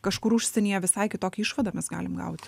kažkur užsienyje visai kitokią išvadą mes galim gaut